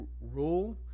Rule